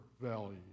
Valley